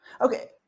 Okay